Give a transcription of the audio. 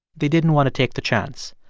they didn't want to take the chance.